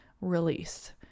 release